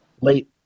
late